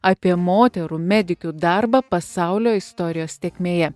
apie moterų medikių darbą pasaulio istorijos tėkmėje